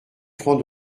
francs